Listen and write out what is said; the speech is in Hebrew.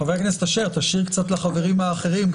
חבר הכנסת אשר, תשאיר קצת לחברים האחרים.